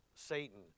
satan